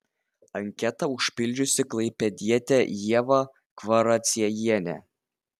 anketą užpildžiusi klaipėdietė ieva kvaraciejienė